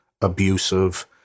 abusive